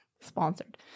sponsored